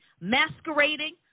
Masquerading